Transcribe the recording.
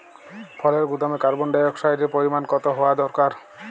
ফলের গুদামে কার্বন ডাই অক্সাইডের পরিমাণ কত হওয়া দরকার?